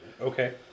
Okay